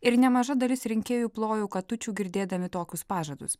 ir nemaža dalis rinkėjų plojo katučių girdėdami tokius pažadus